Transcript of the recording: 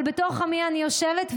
אבל בתוך עמי אני יושבת,